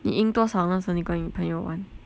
你赢多少那时你跟你朋友玩